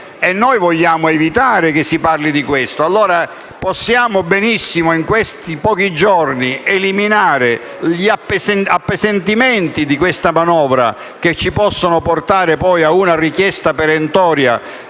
Noi vogliamo evitare che si parli di questo. Allora possiamo benissimo, in questi pochi giorni, eliminare gli appesantimenti della manovra che possono poi portare l'Europa alla richiesta perentoria